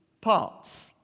parts